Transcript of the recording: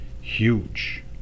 huge